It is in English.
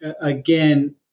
again